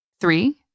three